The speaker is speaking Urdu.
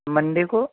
منڈے کو